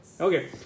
Okay